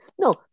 No